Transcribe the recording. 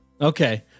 Okay